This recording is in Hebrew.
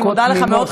אני מודה לך מאוד,